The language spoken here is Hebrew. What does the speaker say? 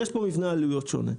כי יש פה מבנה עלויות שונה,